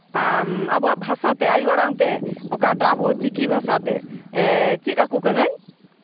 ᱟᱵᱚᱣᱟᱜ ᱵᱷᱟᱥᱟ ᱛᱮ ᱟᱹᱭᱩ ᱟᱲᱟᱝ ᱛᱮ ᱚᱠᱟᱴᱟᱜ ᱟᱵᱚ ᱪᱤᱠᱤ ᱵᱷᱟᱥᱟ ᱛᱮ ᱪᱮᱫ ᱟᱠᱚ ᱠᱟᱹᱱᱟᱹᱧ